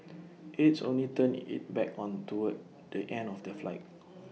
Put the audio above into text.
aides only turned IT back on toward the end of the flight